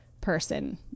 person